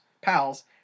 pals